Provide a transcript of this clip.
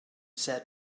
said